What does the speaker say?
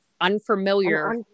unfamiliar